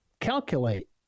calculate